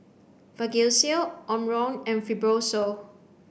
Vagisil Omron and Fibrosol